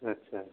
आदसा